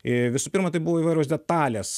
i visų pirma tai buvo įvairios detalės